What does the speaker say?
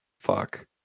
Fuck